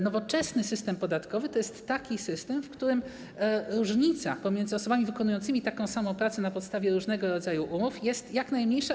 Nowoczesny system podatkowy to jest taki system, w którym różnica pomiędzy osobami wykonującymi tak samą pracę na podstawie różnego rodzaju umów jest jak najmniejsza.